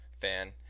fan